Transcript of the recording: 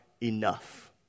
enough